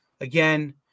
Again